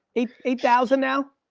eight eight thousand now.